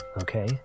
Okay